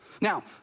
Now